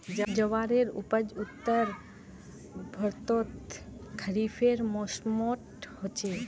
ज्वारेर उपज उत्तर भर्तोत खरिफेर मौसमोट होचे